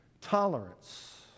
tolerance